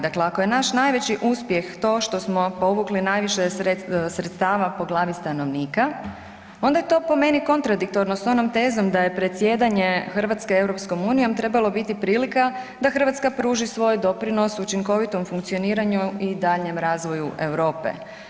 Dakle, ako je naš najveći uspjeh to što smo povukli najviše sredstava po glavi stanovnika, onda je to po meni kontradiktorno s onom tezom da je predsjedanje RH EU trebalo biti prilika da RH pruži svoj doprinos učinkovitom funkcioniranju i daljnjem razvoju Europe.